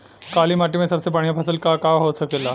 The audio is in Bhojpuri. काली माटी में सबसे बढ़िया फसल का का हो सकेला?